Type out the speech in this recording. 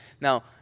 Now